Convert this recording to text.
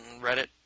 Reddit